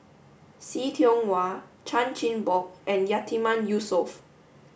See Tiong Wah Chan Chin Bock and Yatiman Yusof